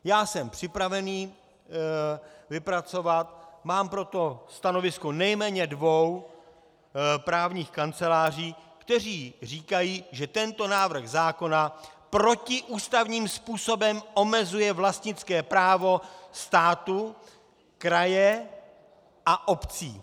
Já jsem připravený vypracovat, mám pro to stanovisko nejméně dvou právních kanceláří, které říkají, že tento návrh zákona protiústavním způsobem omezuje vlastnické právo státu, kraje a obcí.